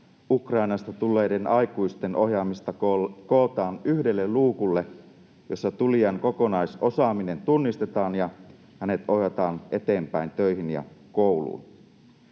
Ukrainasta tulleiden aikuisten ohjaamista kootaan yhdelle luukulle, jossa tulijan kokonaisosaaminen tunnistetaan ja hänet ohjataan eteenpäin töihin ja kouluun.